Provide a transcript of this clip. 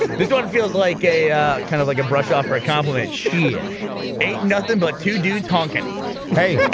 this one feels like a kind of like a brush-off for a compliment. she it ain't nothing, but two dudes honking hey